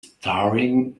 staring